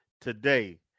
today